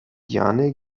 jane